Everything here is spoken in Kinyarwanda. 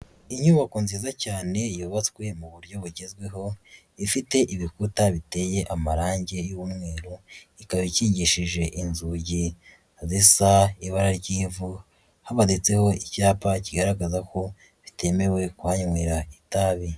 Inyubako nziza cyane yubatswe mu buryo bugezweho, ifite ibikuta biteye amarangi y'umweru, ikaba ikingishije inzugi zisa ibara ry'ivu, hamanitseho icyapa kigaragaza ko bitemewe kuhanywera itabi.